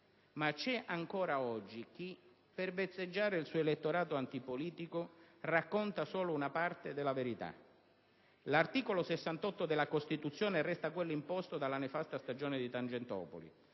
Ma c'è ancora oggi chi, per vezzeggiare il suo elettorato antipolitico, racconta solo una parte della verità: l'articolo 68 della Costituzione resta quello imposto dalla nefasta stagione di Tangentopoli,